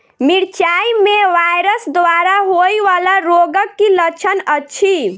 मिरचाई मे वायरस द्वारा होइ वला रोगक की लक्षण अछि?